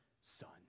son